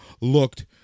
looked